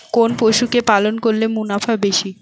কোন পশু কে পালন করলে মুনাফা বেশি?